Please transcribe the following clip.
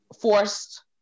forced